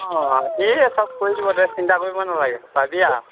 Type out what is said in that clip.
অ' সিয়ে চব কৰি দিব তই চিন্তা কৰিব নালাগে পাবিয়ে আ